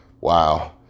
wow